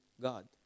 God